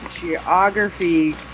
geography